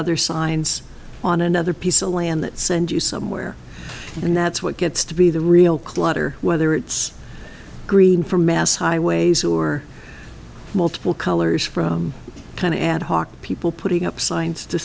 other signs on another piece of land that send you somewhere and that's what gets to be the real clutter whether it's green from mass highways or multiple colors from kind of ad hoc people putting up signs to